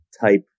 type